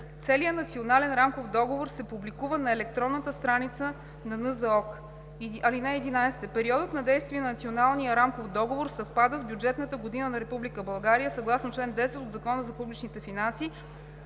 Целият Национален рамков договор се публикува на електронната страница на НЗОК. (11) Периодът на действие на Националния рамков договор съвпада с бюджетната година на Република България съгласно чл. 10 от Закона за публичните финанси